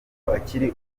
akiri